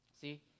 See